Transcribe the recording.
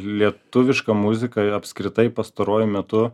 lietuviška muzika apskritai pastaruoju metu